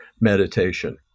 meditation